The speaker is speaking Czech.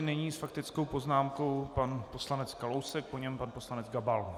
Nyní s faktickou poznámkou pan poslanec Kalousek, po něm pan poslanec Gabal.